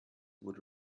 would